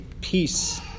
peace